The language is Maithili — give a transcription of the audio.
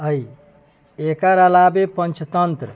अइ एकर अलाबे पञ्चतन्त्र